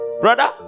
Brother